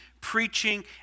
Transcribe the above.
preaching